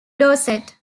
dorset